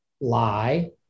lie